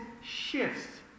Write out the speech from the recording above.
shifts